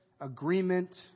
agreement